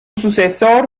sucesor